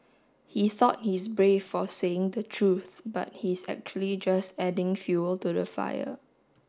he thought he's brave for saying the truth but he's actually just adding fuel to the fire